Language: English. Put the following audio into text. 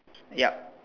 yup